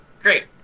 great